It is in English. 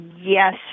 yes